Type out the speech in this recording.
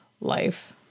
life